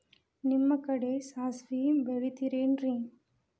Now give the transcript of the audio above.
ನಿಮ್ಮ ಕಡೆ ಸಾಸ್ವಿ ಬೆಳಿತಿರೆನ್ರಿ?